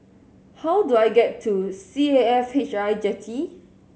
how do I get to C A F H I Jetty